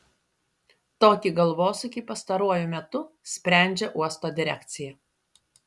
tokį galvosūkį pastaruoju metu sprendžia uosto direkcija